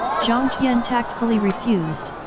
jiang tian tactfully refused.